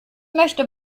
möchte